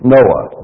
Noah